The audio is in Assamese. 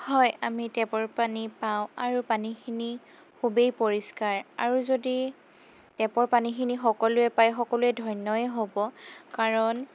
হয় আমি টেপৰ পানী পাওঁ আৰু পানীখিনি খুবেই পৰিষ্কাৰ আৰু যদি টেপৰ পানীখিনি সকলোৱে পায় সকলোৱে ধন্যই হ'ব কাৰণ